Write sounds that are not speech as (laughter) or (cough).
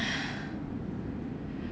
(breath)